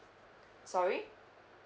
sorry